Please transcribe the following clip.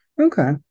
Okay